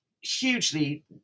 hugely